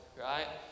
right